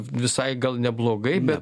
visai gal neblogai bet